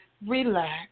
relax